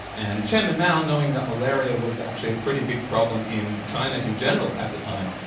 and chairman mao, knowing that malaria was actually a pretty big problem in china in general at the time,